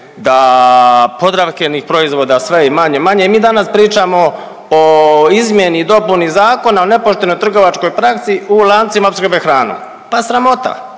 da Podravkinih proizvoda sve je manje i manje. I mi danas pričamo o izmjeni i dopuni Zakona o nepoštenoj trgovačkoj praksi u lancima opskrbe hranom. Pa sramota!